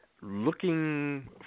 looking